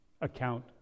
account